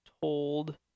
Told